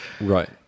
right